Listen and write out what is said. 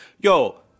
Yo